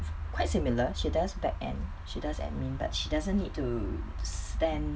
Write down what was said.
quite similar she does back end she does admin but she doesn't need to stand